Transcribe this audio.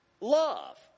love